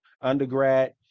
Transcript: undergrad